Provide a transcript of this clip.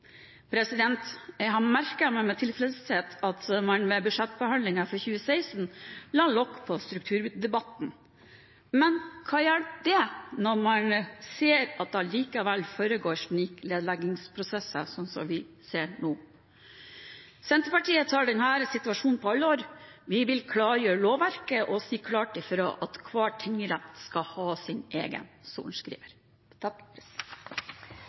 Jeg merket meg med tilfredshet at man ved budsjettbehandlingen for 2016 la lokk på strukturdebatten. Men hva hjelper det, når man ser at det allikeve1 foregår sniknedleggingsprosesser, slik vi ser nå? Senterpartiet tar denne situasjonen på alvor. Vi vil klargjøre lovverket og si klart fra at hver tingrett skal ha sin egen